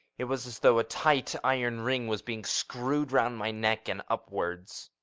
it was as though a tight iron ring was being screwed round my neck and upwards.